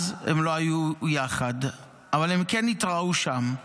אז הם לא היו יחד, אבל הם כן התראו שם".